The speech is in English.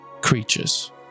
creatures